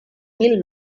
mil